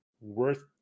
worth